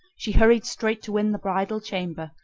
she hurried straight to win the bridal-chamber,